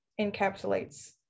encapsulates